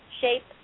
shape